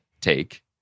take